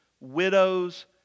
widows